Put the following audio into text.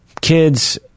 kids